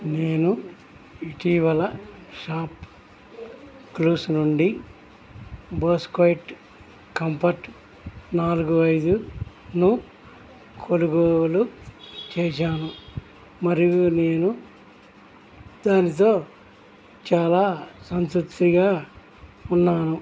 నేను ఇటీవల షాప్క్లూస్ నుండి బోస్ క్వైట్ కంఫర్ట్ నాలుగు ఐదును కొనుగోలు చేసాను మరియు నేను దానితో చాలా సంతృప్తిగా ఉన్నాను